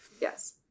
Yes